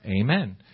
Amen